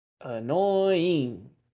Annoying